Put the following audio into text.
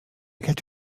get